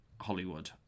Hollywood